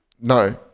No